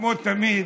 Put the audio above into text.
כמו תמיד,